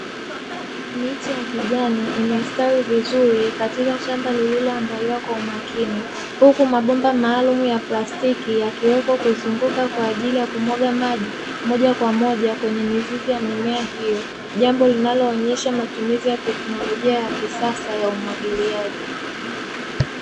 Miche ya kijani imestawi vizuri katika shamba lililoandaliwa kwa umakini, huku mabomba maalumu ya plastiki yakiwekwa kuzunguka kwa ajili ya kumwaga maji moja kwa moja kwenye mizizi ya mimea hiyo, jambo linaloonyesha matumizi ya teknolojia ya kisasa ya umwagiliaji.